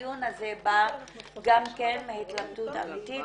הדיון הזה בא מהתלבטות אמיתית